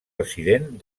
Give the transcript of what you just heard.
resident